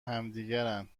همدیگرند